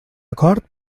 acord